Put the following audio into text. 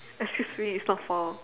excuse me it's not for